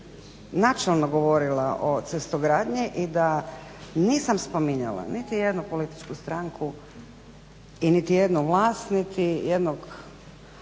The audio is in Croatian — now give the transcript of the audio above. načelno govorila o cestogradnji i da nisam spominjala niti jednu političku stranku i niti jednu vlast, niti jednog